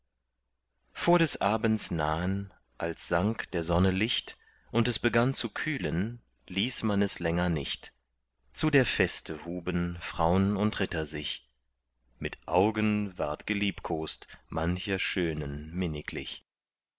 vor des abends nahen als sank der sonne licht und es begann zu kühlen ließ man es länger nicht zu der feste huben fraun und ritter sich mit augen ward geliebkost mancher schönen